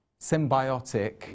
symbiotic